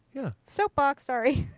yeah. soapbox. sorry.